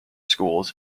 schools